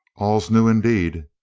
all's new indeed.